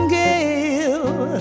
gale